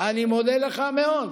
אני מודה לך מאוד.